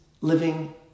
living